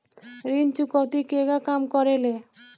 ऋण चुकौती केगा काम करेले?